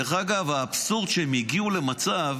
דרך אגב, האבסורד הוא שהם הגיעו למצב